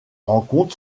rencontres